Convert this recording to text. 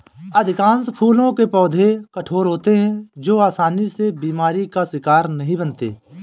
अधिकांश फूलों के पौधे कठोर होते हैं जो आसानी से बीमारी का शिकार नहीं बनते